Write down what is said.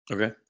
Okay